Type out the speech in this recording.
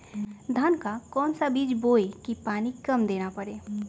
धान का कौन सा बीज बोय की पानी कम देना परे?